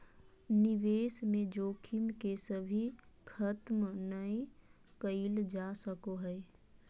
निवेश में जोखिम के कभी खत्म नय कइल जा सको हइ